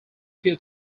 few